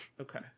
Okay